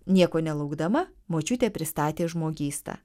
nieko nelaukdama močiutė pristatė žmogystą